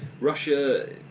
Russia